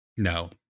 No